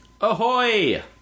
Ahoy